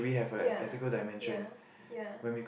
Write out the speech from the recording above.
ya ya ya